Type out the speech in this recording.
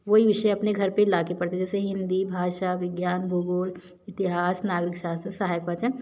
वही विषय अपने घर पर ला के पढ़ते थे जैसे हिन्दी भाषा विज्ञान भूगौल इतिहास नागरिक शास्त्र सहायक बचन